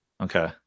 Okay